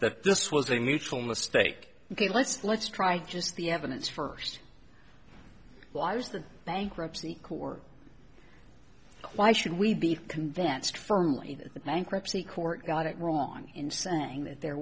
that this was a mutual mistake ok let's let's try just the evidence first was the bankruptcy court why should we be convinced firmly the bankruptcy court got it wrong in saying that there